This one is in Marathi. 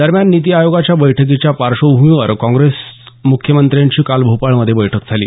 दरम्यान निती आयोगाच्या बैठकीच्या पार्श्वभूमीवर काँग्रेस मुख्यमंत्र्यांची काल भोपाळमध्ये बैठक झाली